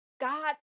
God